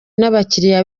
n’abakiliya